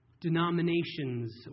denominations